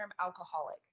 alcoholic